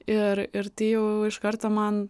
ir ir tai jau iš karto man